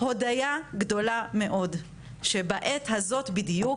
הודיה גדולה מאוד שבעת הזאת בדיוק,